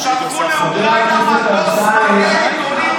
לאוקראינה מטוס מלא בעיתון במחנה.